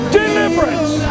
deliverance